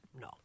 No